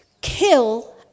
kill